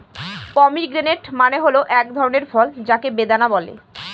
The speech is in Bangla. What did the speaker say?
পমিগ্রেনেট মানে হল এক ধরনের ফল যাকে বেদানা বলে